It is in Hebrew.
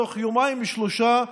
תוך יומיים-שלושה,